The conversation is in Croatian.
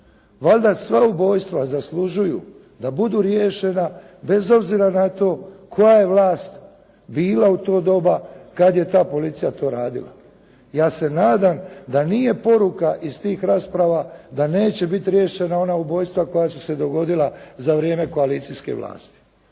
Valjda sva ubojstva zaslužuju da budu riješena bez obzira koja je vlast bila u to doba kada je ta policija to radila. Ja se nadam da nije poruka iz tih rasprava da neće biti riješena ona ubojstva koja su se dogodila za vrijeme koalicijske vlasti.